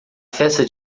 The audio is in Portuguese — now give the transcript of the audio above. festa